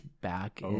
back